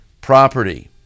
property